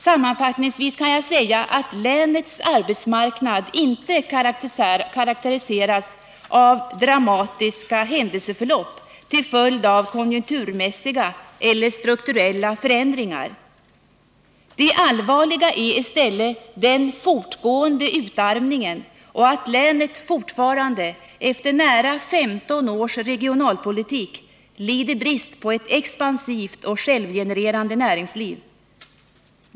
Sammanfattningsvis kan jag säga att länets arbetsmarknad inte karakteriseras av dramatiska händelseförlopp till följd av konjunkturmässiga eller strukturella förändringar. Det allvarliga är i stället den fortgående utarmningen och att länet fortfarande efter nära 15 års regionalpolitik lider brist på ett expansivt och självgenererande näringsliv.